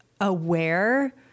aware